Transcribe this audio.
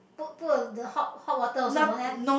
put put a the hot hot water also don't have